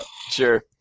Sure